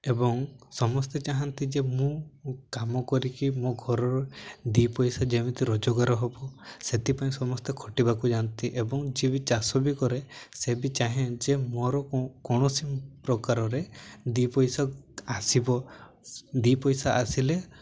ଏବଂ ସମସ୍ତେ ଚାହାଁନ୍ତି ଯେ ମୁଁ କାମ କରିକି ମୋ ଘରର ଦୁଇ ପଇସା ଯେମିତି ରୋଜଗାର ହେବ ସେଥିପାଇଁ ସମସ୍ତେ ଖଟିବାକୁ ଯାଆନ୍ତି ଏବଂ ଯିଏ ବି ଚାଷ ବି କରେ ସେ ବି ଚାହେଁ ଯେ ମୋର କ କୌଣସି ପ୍ରକାରରେ ଦି ପଇସା ଆସିବ ଦୁଇ ପଇସା ଆସିଲେ